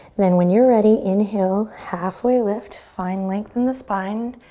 then when you're ready, inhale. halfway lift. find length in the spine.